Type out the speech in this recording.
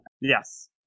Yes